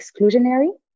exclusionary